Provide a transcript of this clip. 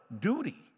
duty